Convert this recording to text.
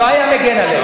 לא היה מגן עלינו.